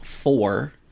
Four